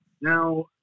Now